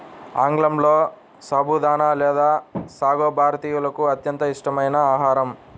ఆంగ్లంలో సబుదానా లేదా సాగో భారతీయులకు అత్యంత ఇష్టమైన ఆహారం